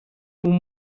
اون